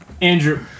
Andrew